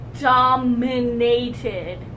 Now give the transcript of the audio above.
dominated